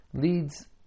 leads